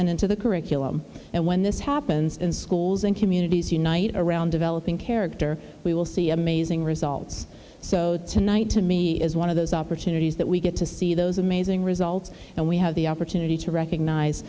and into the curriculum and when this happens in schools and communities unite around developing character we will see amazing results so tonight to me is one of those opportunities that we get to see those amazing results and we have the opportunity to recognize